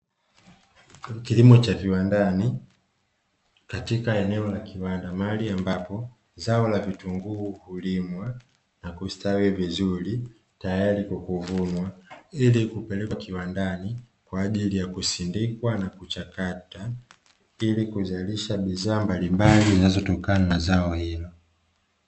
Kilimo cha viwandani katika eneo la kiwanda, mahali ambapo zao la vitunguu hulimwa na kustawi vizuri, tayari kwa kuvunwa ili kupelekwa kiwandani kwa ajili ya kusindikwa na kuchakatwa, ili kuzalisha bidhaa mbalimbali zinazotokana na zao hilo.